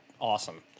awesome